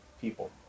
people